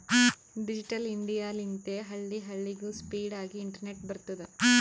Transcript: digital India ಲಿಂತೆ ಹಳ್ಳಿ ಹಳ್ಳಿಗೂ ಸ್ಪೀಡ್ ಆಗಿ ಇಂಟರ್ನೆಟ್ ಬರ್ತುದ್